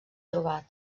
trobat